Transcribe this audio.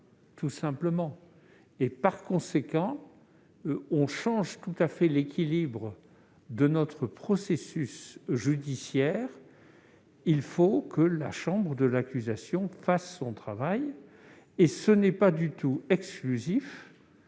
tout simplement. Par conséquent, on modifie l'équilibre de notre processus judiciaire. Il faut que la chambre de l'instruction fasse son travail, ce qui n'est pas du tout exclusif